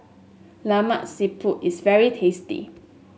Lemak Siput is very tasty